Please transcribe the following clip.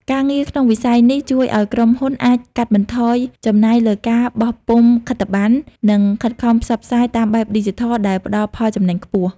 ការងារក្នុងវិស័យនេះជួយឱ្យក្រុមហ៊ុនអាចកាត់បន្ថយចំណាយលើការបោះពុម្ពខិតប័ណ្ណ និងខិតខំផ្សព្វផ្សាយតាមបែបឌីជីថលដែលផ្តល់ផលចំណេញខ្ពស់។